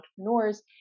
entrepreneurs